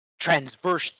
transverse